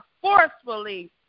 forcefully